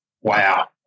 wow